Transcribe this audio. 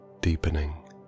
deepening